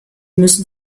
müssen